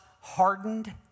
hardened